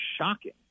shocking